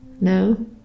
No